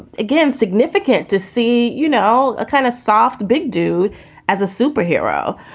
again, significant to see, you know, a kind of soft, big dude as a superhero.